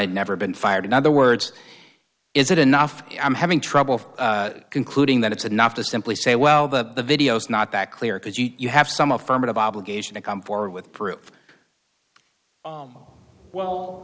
had never been fired in other words is it enough i'm having trouble concluding that it's enough to simply say well the video is not that clear because you have some affirmative obligation to come forward with proof well